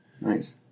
Nice